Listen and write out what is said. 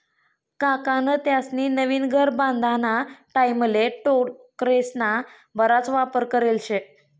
काकान त्यास्नी नवीन घर बांधाना टाईमले टोकरेस्ना बराच वापर करेल शे